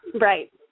Right